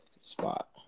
spot